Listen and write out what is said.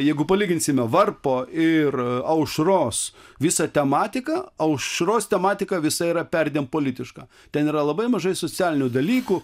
jeigu palyginsime varpo ir aušros visą tematiką aušros tematika visa yra perdėm politiška ten yra labai mažai socialinių dalykų